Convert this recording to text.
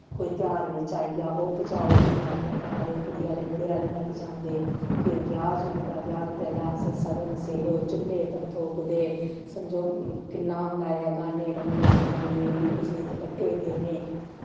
कोई तेहार बिच्च आई जा ओह् पजाओ कुड़ी आह्लें दे घर कुड़ी आह्ले मुड़े आह्लें दे पजांदे फिर ब्याह् जुड़दा ब्याह् दे पैह्लें अस सगन स्हेड़े च्हूल्ले पत्थो कुदे समझो किन्ना होंदा ऐ गान्ने बनने जनानियें गी कुसै दपट्टे देने